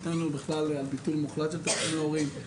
עמדתנו על ביטול מוחלט של תשלומי ההורים,